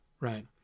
right